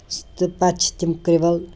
تہٕ پتہٕ چھِ تِم کِرٛوَل